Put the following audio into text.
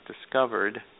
discovered